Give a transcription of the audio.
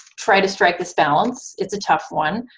try to strike this balance? it's a tough one.